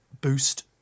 boost